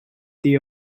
the